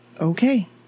Okay